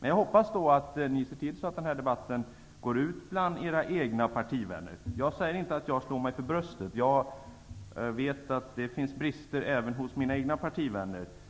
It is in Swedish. Jag hoppas emellertid att de tidigare talarna ser till att deras partivänner får reda på vad som har sagts i denna debatt. Jag säger inte att jag slår mig för bröstet. Jag vet att det finns brister även hos mina egna partivänner.